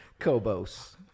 Kobos